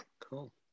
Cool